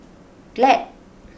Glad